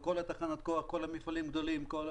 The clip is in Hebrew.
התחלנו ממש בחודשים האחרונים בנושא שמבחינתנו הוא